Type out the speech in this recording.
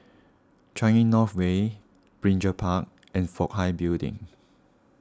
Changi North Way Binjai Park and Fook Hai Building